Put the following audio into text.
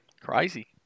Crazy